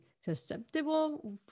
susceptible